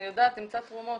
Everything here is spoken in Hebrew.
נמצא תרומות,